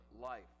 life